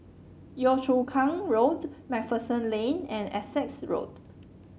Yio Chu Kang Road MacPherson Lane and Essex Road